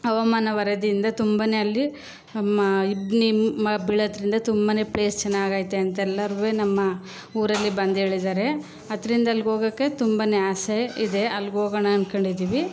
ಹವಾಮಾನ ವರದಿಯಿಂದ ತುಂಬನೇ ಅಲ್ಲಿ ನಮ್ಮ ಇಬ್ಬನಿ ಬೀಳೋದ್ರಿಂದ ತುಂಬನೇ ಪ್ಲೇಸ್ ಚೆನ್ನಾಗೈತೆ ಅಂತ ಎಲ್ಲರೂವೆ ನಮ್ಮ ಊರಲ್ಲಿ ಬಂದು ಹೇಳಿದ್ದಾರೆ ಅದರಿಂದ ಅಲ್ಗೆ ಹೋಗೋಕೆ ತುಂಬನೇ ಆಸೆ ಇದೆ ಅಲ್ಗೆ ಹೋಗೋಣ ಅಂದ್ಕೊಂಡಿದ್ದೀವಿ